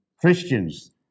Christians